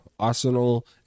Arsenal